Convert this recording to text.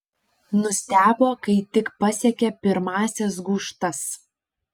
nustebo kai tik pasiekė pirmąsias gūžtas